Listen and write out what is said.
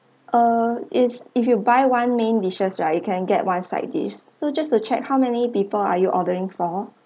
uh if if you buy one main dishes right you can get one side dish so just to check how many people are you ordering for